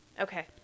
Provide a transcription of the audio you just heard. Okay